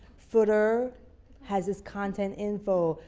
footer has its content info.